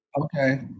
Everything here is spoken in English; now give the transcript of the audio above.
okay